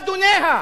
אדוניה.